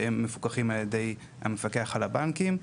שהם מפוקחים על ידי המפקח על הבנקים,